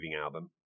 album